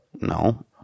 No